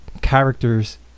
character's